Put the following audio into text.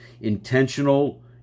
intentional